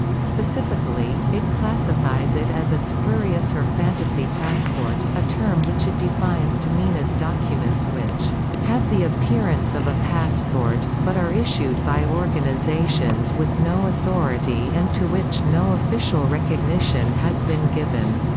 specifically, it classifies it as a spurious or fantasy passport, a term which it defines to mean as documents which have the appearance of a passport, but are issued by organisations with no authority and to which no official recognition has been given